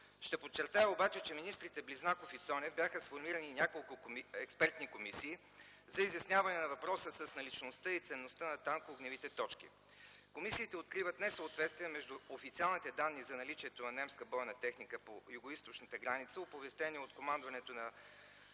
Ще подчертая обаче, че министрите Близнаков и Цонев бяха сформирали няколко експертни комисии за изясняване на въпроса с наличността и ценността на танкоогневите точки. Комисиите откриват несъответствие между официалните данни за наличието на немска бойна техника по югоизточната граница, оповестени от командването по